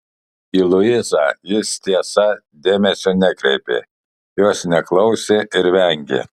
į luizą jis tiesa dėmesio nekreipė jos neklausė ir vengė